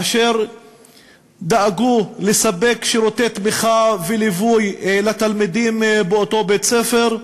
אשר דאגו לספק שירותי תמיכה וליווי לתלמידים באותו בית-ספר.